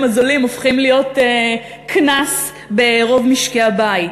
הזולים הופכים להיות קנס ברוב משקי-הבית?